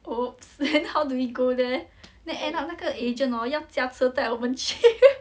!oops! then how do we go there then end up 那个 agent 哦要驾车载我们去